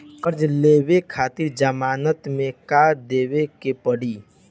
कर्जा लेवे खातिर जमानत मे का देवे के पड़ी?